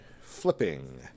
Flipping